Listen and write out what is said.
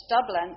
Dublin